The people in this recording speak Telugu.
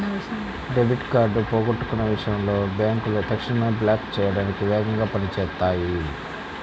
డెబిట్ కార్డ్ పోగొట్టుకున్న విషయంలో బ్యేంకులు తక్షణమే బ్లాక్ చేయడానికి వేగంగా పని చేత్తాయి